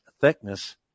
thickness